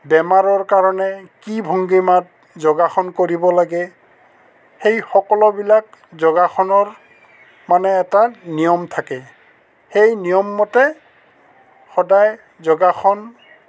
বেমাৰৰ কাৰণে কি ভংগীমাত যোগাসন কৰিব লাগে সেই সকলোবিলাক যোগাসনৰ মানে এটা নিয়ম থাকে সেই নিয়মমতে সদায় যোগাসন